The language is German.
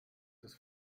des